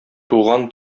туган